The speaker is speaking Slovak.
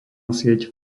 sieť